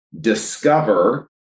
discover